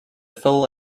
full